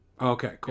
Okay